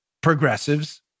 progressives